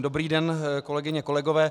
Dobrý den, kolegyně, kolegové.